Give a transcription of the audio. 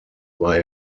war